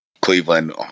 Cleveland